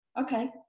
Okay